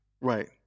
Right